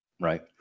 right